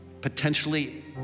potentially